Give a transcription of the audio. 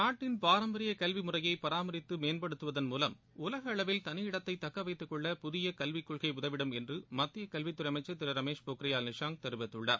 நாட்டின் பாரம்பரிய கல்வி முறையை பராமரித்து மேம்படுத்துவதன் மூலம் உலக அளவில் தனி இடத்தை தக்க வைத்துக் கொள்ள புதிக கல்விக் கொள்கை உதவிடும் என்று மத்திய கல்வித்துறை அமைச்சர் திரு ரமேஷ் பொக்கரியால் நிஷங்க் தெரிவித்துள்ளார்